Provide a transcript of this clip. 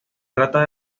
trata